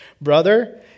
Brother